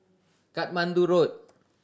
Katmandu Road